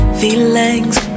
feelings